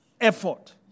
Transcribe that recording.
effort